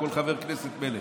כל חבר כנסת מלך.